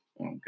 Okay